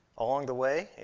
along the way,